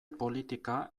politika